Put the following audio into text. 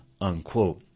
unquote